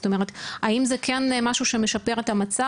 זאת אומרת, האם זה כן משהו שמשפר את המצב?